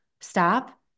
stop